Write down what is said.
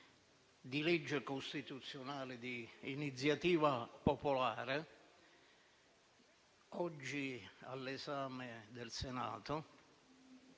di legge costituzionale di iniziativa popolare oggi all'esame del Senato